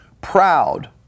Proud